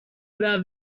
about